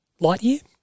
Lightyear